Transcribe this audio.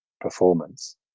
performance